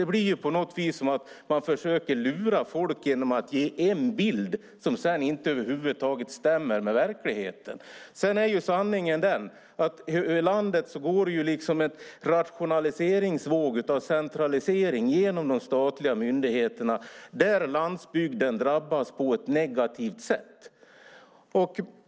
Det blir som att man försöker lura folk genom att ge en bild som sedan över huvud taget inte stämmer med verkligheten. Sanningen är den att det över landet går en rationaliseringsvåg av centralisering av de statliga myndigheterna, och då drabbas landsbygden på ett negativt sätt.